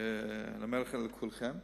לכולכם,